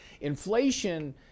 inflation